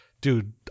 dude